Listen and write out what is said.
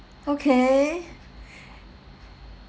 okay